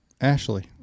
Ashley